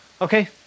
Okay